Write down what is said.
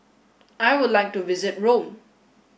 I would like to visit Rome